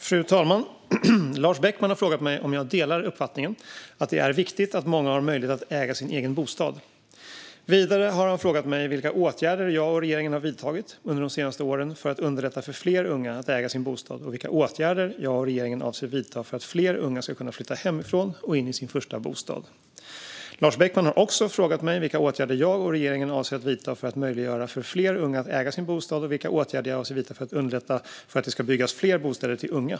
Fru talman! Lars Beckman har frågat mig om jag delar uppfattningen att det är viktigt att många har möjlighet att äga sin egen bostad. Vidare har han frågat mig vilka åtgärder jag och regeringen har vidtagit under de senaste åren för att underlätta för fler unga att äga sin bostad och vilka åtgärder jag och regeringen avser att vidta för att fler unga ska kunna flytta hemifrån och in i sin första bostad. Lars Beckman har också frågat mig vilka åtgärder jag och regeringen avser att vidta för att möjliggöra för fler unga att äga sin bostad och vilka åtgärder jag avser att vidta för att underlätta för att det ska byggas fler bostäder till unga.